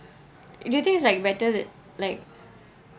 do you think it's like better then like